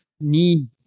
need